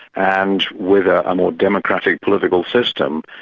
and with a more democratic, political system,